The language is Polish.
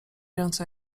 ręce